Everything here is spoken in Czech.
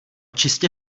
čistě